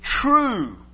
true